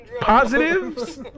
Positives